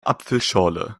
apfelschorle